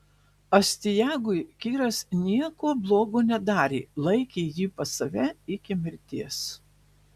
astiagui kyras nieko blogo nedarė laikė jį pas save iki mirties